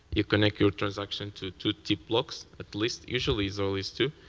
you connect your transaction to two two blocks, at least initially it's always two,